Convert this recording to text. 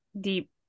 deep